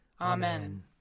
Amen